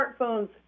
smartphones